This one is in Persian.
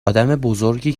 آدمبزرگی